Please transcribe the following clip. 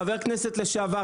חבר כנסת לשעבר,